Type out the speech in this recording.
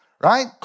right